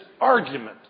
argument